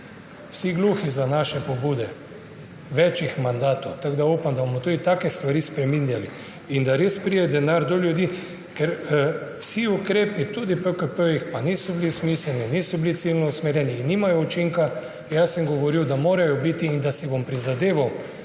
Vsi gluhi za naše pobude več mandatov. Upam, da bomo tudi take stvari spreminjali in da res pride denar do ljudi. Ker vsi ukrepi, tudi v PKP-jih, pa niso bili smiselni, niso bili ciljno usmerjeni, nimajo učinka. Jaz sem govoril, da morajo biti in da si bom prizadeval,